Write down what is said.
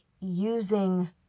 using